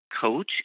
coach